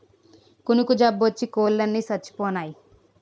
కునుకు జబ్బోచ్చి కోలన్ని సచ్చిపోనాయి